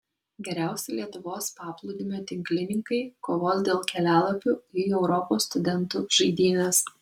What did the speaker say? geriausi lietuvos paplūdimio tinklininkai kovos dėl kelialapių į europos studentų žaidynes